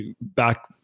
back